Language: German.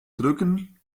drücken